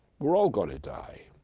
we're all going to die.